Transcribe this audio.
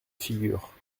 figure